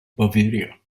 bavaria